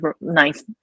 nice